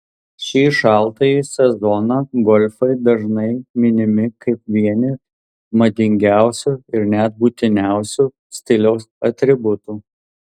šį šaltąjį sezoną golfai dažnai minimi kaip vieni madingiausių ir net būtiniausių stiliaus atributų